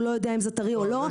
הוא לא יודע אם זה טרי או לא.